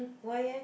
why eh